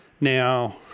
Now